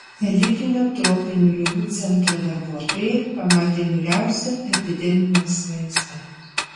elitinio tropinių ligų centro darbuotojai pamatė niūriausią epidemijos vaizdą